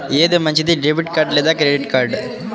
ఏది మంచిది, debit card లేదా క్రెడిట్ కార్డ్?